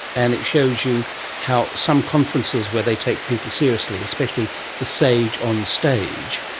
and it shows you how some conferences where they take people seriously, especially the sage on stage,